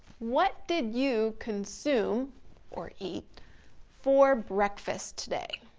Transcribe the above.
what did you consume or eat for breakfast today?